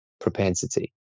Propensity